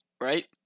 right